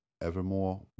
Evermore